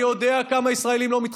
אני יודע את המספרים.